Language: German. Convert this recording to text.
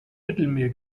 mittelmeer